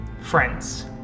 friends